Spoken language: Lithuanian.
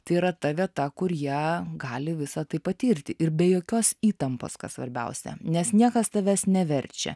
tai yra ta vieta kur ją gali visą tai patirti ir be jokios įtampos kas svarbiausia nes niekas tavęs neverčia